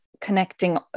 connecting